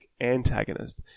antagonist